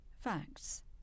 FACTS